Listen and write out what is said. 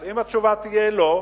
אם התשובה תהיה לא,